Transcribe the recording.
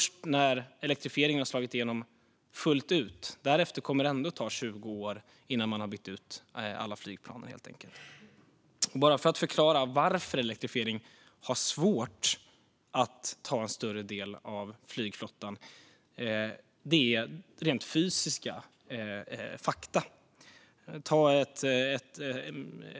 Så när elektrifieringen har slagit igenom fullt ut kommer det därefter ändå att ta 20 år innan man har bytt ut alla flygplan. Jag ska förklara varför det är svårt att elektrifiera en större del av flygflottan. Det är rent fysiska fakta som är anledningen till det.